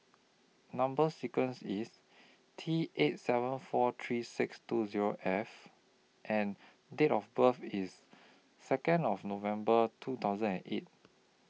Number sequence IS T eight seven four three six two Zero F and Date of birth IS Second of November two thousand and eight